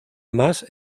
más